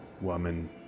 woman